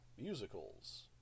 musicals